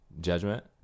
judgment